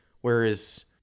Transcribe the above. Whereas